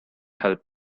help